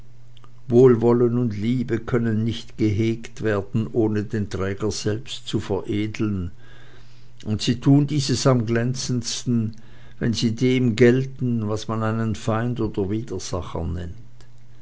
wohlwollen und liebe können nicht gehegt werden ohne den träger selbst zu veredeln und sie tun dieses am glänzendsten wenn sie dem gelten was man einen feind oder widersacher nennt